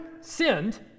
sinned